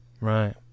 Right